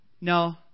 No